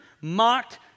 mocked